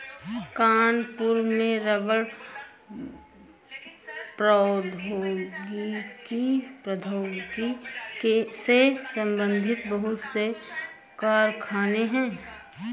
कानपुर में रबड़ प्रौद्योगिकी से संबंधित बहुत से कारखाने है